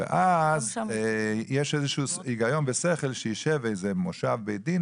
ואז יש איזה שהוא היגיון ושכל שיישב איזה מושב בית דין,